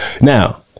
now